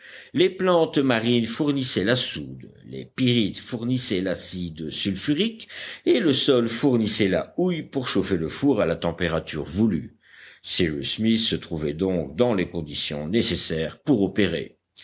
les plantes marines fournissaient la soude les pyrites fournissaient l'acide sulfurique et le sol fournissait la houille pour chauffer le four à la température voulue cyrus smith se trouvait donc dans les conditions nécessaires pour opérer